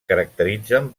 caracteritzen